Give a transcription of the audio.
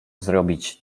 zrobić